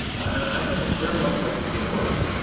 i think it's very much likely to get worse.